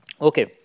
Okay